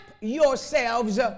yourselves